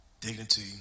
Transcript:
dignity